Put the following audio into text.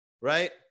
right